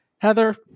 Heather